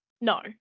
No